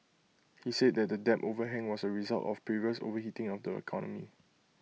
he said that the debt overhang was A result of previous overheating of the economy